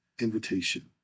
invitation